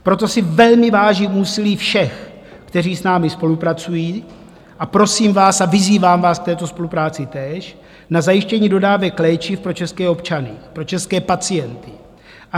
Proto si velmi vážím úsilí všech, kteří s námi spolupracují, a prosím vás a vyzývám vás k této spolupráci též na zajištění dodávek léčiv pro české občany, pro české pacienty.